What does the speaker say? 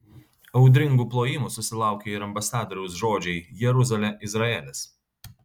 audringų plojimų susilaukė ir ambasadoriaus žodžiai jeruzalė izraelis